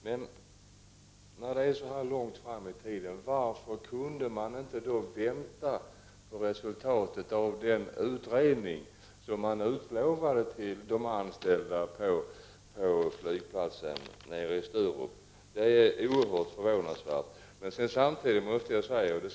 Men, eftersom detta skall ske så långt fram i tiden, varför kan man då inte vänta på resultatet av den utredning som de anställda på flygplatsen på Sturup har blivit lovade? Det är mycket förvånande.